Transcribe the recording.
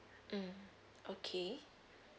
mm okay